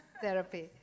therapy